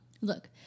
look